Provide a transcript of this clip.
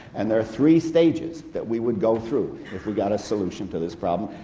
and there are three stages that we would go through if we got a solution to this problem,